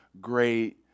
great